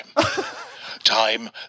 Time